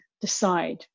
decide